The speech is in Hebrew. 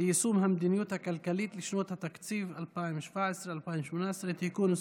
ליישום המדיניות הכלכלית לשנות התקציב 2017 ו-2018) (תיקון מס'